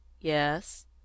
yes